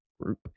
group